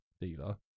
dealer